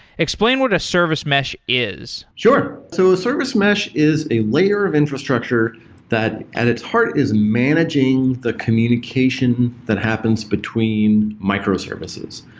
explain what a service mesh is. sure. so a service mesh is a layer of infrastructure that at its heart is managing the communication that happens between microservices.